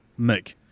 mick